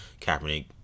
kaepernick